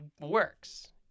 works